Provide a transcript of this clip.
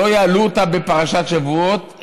שלא יעלו אותה בפרשת שבועות,